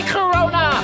Corona